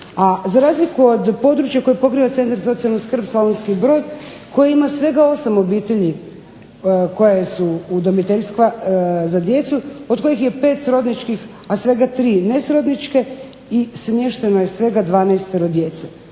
za razliku od područja koje pokriva Centar za socijalnu skrb Slavonski Brod koji ima svega 8 obitelji koje su udomiteljstva za djecu od kojih je 5 srodničkih, a svega 3 nesrodničke i smješteno je svega 12 djece.